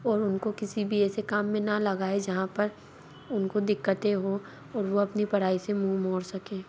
और उनको किसी भी ऐसे काम में ना लगाए जहाँ पर उनको दिक्कतें हों और वो अपनी पढ़ाई से मूँह मोड़ सकें